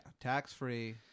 tax-free